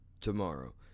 tomorrow